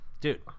dude